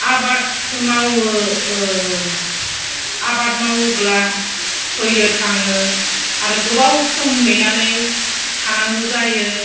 आबाद मावो आबाद मावोब्ला थैयो थाङो आरो गोबाव सम नेनानै थानांगौ जायो